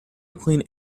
clean